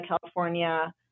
California